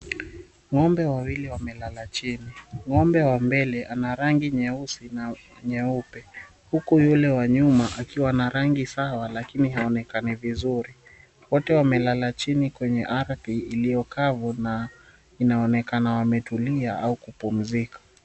Ng'ombe wawili wamelala chini. Ng'ombe wa mbele ana rangi nyeusi na nyeupe huku yule wa nyuma akiwa na rangi sawa lakini haonekani vizuri. Wote wamelala chini kwenye ardhi iliyo kavu na inaonekana wametulia au kupumzika.